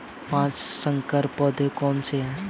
पाँच संकर पौधे कौन से हैं?